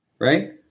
right